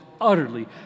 utterly